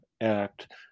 Act